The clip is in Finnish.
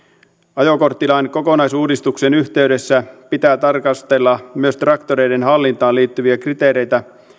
ajokorttilain kokonaisuudistuksen yhteydessä pitää tarkastella myös traktoreiden hallintaan liittyviä kriteereitä